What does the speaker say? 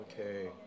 Okay